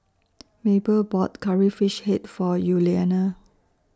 Mable bought Curry Fish Head For Yuliana